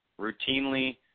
routinely